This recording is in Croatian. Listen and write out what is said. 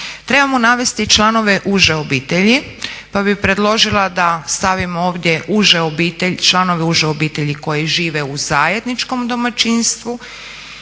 Trebamo navesti članove uže obitelji pa bih predložila da stavimo ovdje članove uže obitelji koji žive u zajedničkom domaćinstvu